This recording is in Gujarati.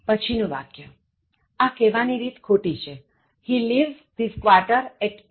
પછીનું વાક્યઆ કહેવાની રીત ખોટી છે He leaves this quarter at 800 a